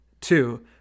Two